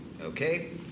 Okay